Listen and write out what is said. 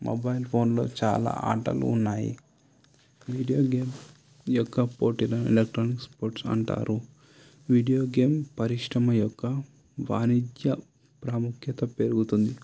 mobile ఫోన్లో చాలా ఆటలు ఉన్నాయి వీడియో గేమ్ యొక్క పోర్టబుల్ ఎలక్ట్రానిక్స్ స్పోర్ట్స్ అంటారు వీడియో గేమ్ పరిశ్రమ యొక్క వాణిజ్య ప్రాముఖ్యత పెరుగుతుంది